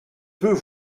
peux